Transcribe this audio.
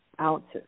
ounces